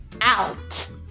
...out